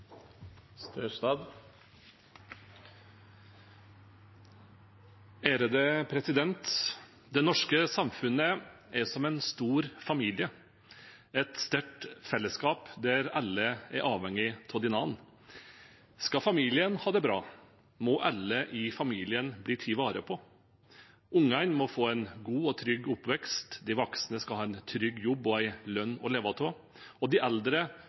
som en stor familie – et sterkt fellesskap der alle er avhengige av hverandre. Skal familien ha det bra, må alle i familien bli tatt vare på. Ungene må få en god og trygg oppvekst, de voksne skal ha en trygg jobb og en lønn å leve av, og de eldre